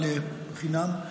אבל חינם,